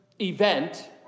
event